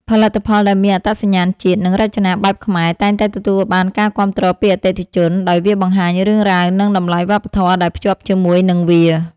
ផលិតផលដែលមានអត្តសញ្ញាណជាតិ និងរចនាបែបខ្មែរ តែងតែទទួលបានការគាំទ្រពីអតិថិជន ដោយវាបង្ហាញរឿងរ៉ាវ និងតម្លៃវប្បធម៌ដែលភ្ជាប់ជាមួយនឹងវា។